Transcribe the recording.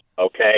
Okay